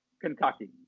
Kentucky